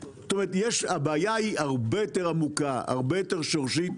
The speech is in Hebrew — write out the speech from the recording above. הבעיה היא הרבה יותר עמוקה, הרבה יותר שורשית.